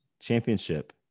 Championship